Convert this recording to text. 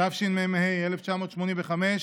תשמ"ה 1985,